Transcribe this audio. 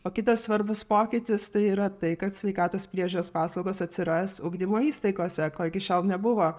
o kitas svarbus pokytis tai yra tai kad sveikatos priežiūros paslaugos atsiras ugdymo įstaigose ko iki šiol nebuvo